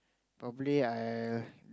probably I